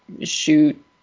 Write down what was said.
shoot